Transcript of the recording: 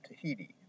Tahiti